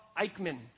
Eichmann